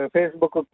Facebook